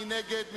מי נגד?